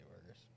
workers